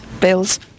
bills